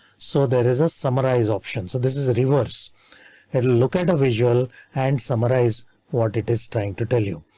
so there is a summarized option, so this is a reverse. it will look at the visual and summarize what it is trying to tell you.